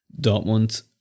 Dortmund